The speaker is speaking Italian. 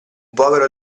povero